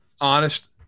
honest